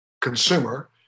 consumer